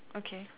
okay